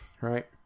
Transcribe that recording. Right